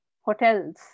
hotels